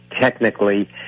technically